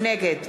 נגד